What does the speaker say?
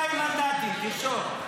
72 מנדטים, תרשום,